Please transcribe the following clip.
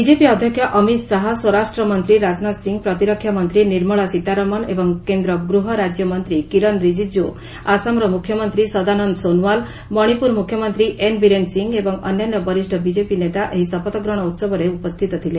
BJP ଅଧ୍ୟକ୍ଷ ଅମିତ୍ ଶାହା ସ୍ୱରାଷ୍ଟ୍ର ମନ୍ତ୍ରୀ ରାଜନାଥ ସିଂହ ପ୍ରତିରକ୍ଷା ମନ୍ତ୍ରୀ ନିର୍ମଳା ସୀତାରମଣ୍ ଏବଂ କେନ୍ଦ୍ର ଗୃହ ରାଜ୍ୟ ମନ୍ତ୍ରୀ କିରନ୍ ରିଜିକ୍ର ଆସାମର ମ୍ରଖ୍ୟମନ୍ତ୍ରୀ ସଦାନନ୍ଦ ସୋନୱାଲ୍ ମଣିପୁର ମୁଖ୍ୟମନ୍ତ୍ରୀ ଏନ୍ ବିରେନ୍ ସିଂ ଏବଂ ଅନ୍ୟାନ୍ୟ ବରିଷ୍ଣ ବିଜେପି ନେତା ଏହି ଶପଥଗ୍ରହଣ ଉତ୍ସବରେ ଉପସ୍ଥିତ ଥିଲେ